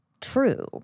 true